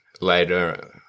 later